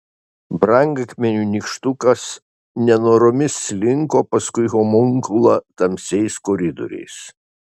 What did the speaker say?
brangakmenių nykštukas nenoromis slinko paskui homunkulą tamsiais koridoriais